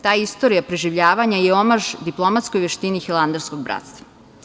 Ta istorija preživljavanja je omaž diplomatskoj veštini hilandarskog bratstva.